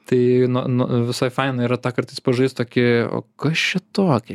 tai nu nu visa faina yra tą kartais pažaist tokį o kas čia tokį